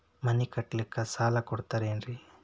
ಮನಿ ಕಟ್ಲಿಕ್ಕ ಸಾಲ ಕೊಡ್ತಾರೇನ್ರಿ?